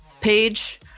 page